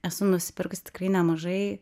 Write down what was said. esu nusipirkus tikrai nemažai